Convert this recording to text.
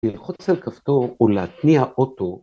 ‫ללחוץ על כפתור ולהתניע אוטו.